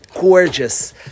gorgeous